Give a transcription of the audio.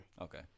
Okay